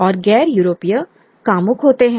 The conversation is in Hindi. और गैर यूरोपीय कामुक होते हैं